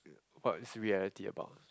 what is reality about